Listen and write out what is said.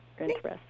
interesting